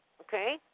Okay